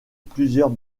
plusieurs